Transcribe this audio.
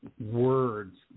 words